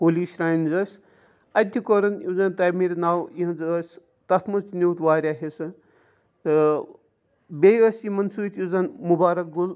Holi shrines ٲسۍ اَتہِ تہِ کوٚرُن یُس زَن تعمیٖرِ نَو یِہٕںٛز ٲس تَتھ منٛز تہِ نیوٗتھ واریاہ حِصہٕ تہٕ بیٚیہِ ٲسۍ یِمَن سۭتۍ یُس زَن مُبارک گُل